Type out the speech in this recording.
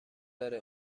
داره